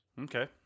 okay